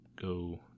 go